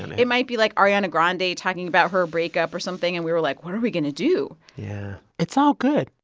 and yeah, might be, like, ariana grande talking about her breakup or something. and we were like, what are we going to do? yeah it's all good.